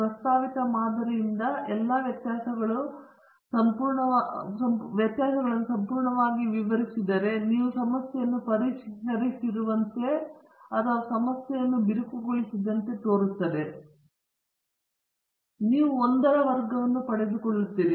ಪ್ರಸ್ತಾವಿತ ಮಾದರಿಯಿಂದ ಎಲ್ಲಾ ವ್ಯತ್ಯಾಸಗಳು ಅಥವಾ ವ್ಯತ್ಯಾಸಗಳು ಸಂಪೂರ್ಣವಾಗಿ ವಿವರಿಸಿದರೆ ನೀವು ಸಮಸ್ಯೆಯನ್ನು ಪರಿಹರಿಸಿರುವಂತೆ ಅಥವಾ ಸಮಸ್ಯೆಯನ್ನು ಬಿರುಕುಗೊಳಿಸಿದಂತೆ ತೋರುತ್ತಿದೆ ಮತ್ತು ನೀವು 1 ರ ವರ್ಗವನ್ನು ಪಡೆದುಕೊಳ್ಳುತ್ತೀರಿ